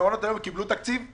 מעונות היום הרגילים מקבלים תקציב,